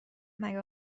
مگه